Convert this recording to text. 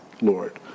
Lord